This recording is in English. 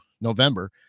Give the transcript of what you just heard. November